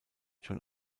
schon